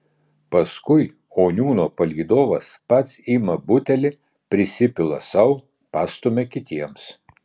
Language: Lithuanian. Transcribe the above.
paskui oniūno palydovas pats ima butelį prisipila sau pastumia kitiems